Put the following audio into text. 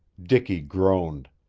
dicky groaned.